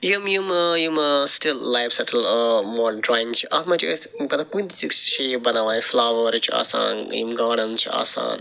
یِم یِم ٲں یِم ٲں سٹٕل لایف سیٚٹل ٲں مو ڈرٛایِنٛگ چھِ اَتھ مَنٛز چھِ أسۍ مطلب کُنہ تہِ چیٖزٕچۍ شیپ بناوان فٕلَوَر چھِ آسان یِم گارڑَنٕز چھِ آسان